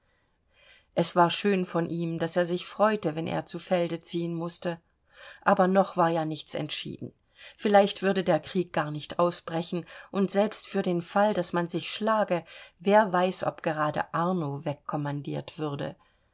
es war schön von ihm daß er sich freute wenn er zu felde ziehen müßte aber noch war ja nichts entschieden vielleicht würde der krieg gar nicht ausbrechen und selbst für den fall daß man sich schlage wer weiß ob gerade arno wegkommandiert würde